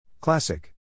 Classic